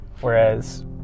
whereas